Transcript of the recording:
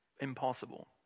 Impossible